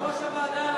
יושב-ראש הוועדה,